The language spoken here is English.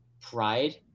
pride